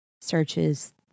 searches